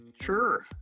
Sure